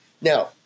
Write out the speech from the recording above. Now